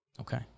Okay